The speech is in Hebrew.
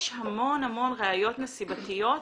יש המון ראיות נסיבתיות.